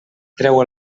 treu